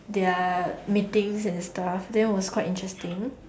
their meetings and stuff then was quite interesting